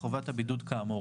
חובת הבידוד כאמור,".